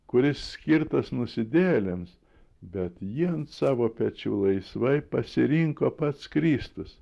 kuris skirtas nusidėjėliams bet jį ant savo pečių laisvai pasirinko pats kristus